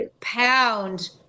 pound